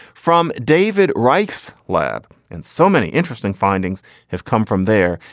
from david reich's lab and so many interesting findings have come from there.